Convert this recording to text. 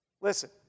Listen